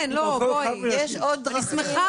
אני שמחה